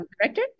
director